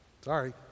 Sorry